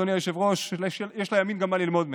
אדוני היושב-ראש: יש לימין גם מה ללמוד מהם.